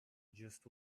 just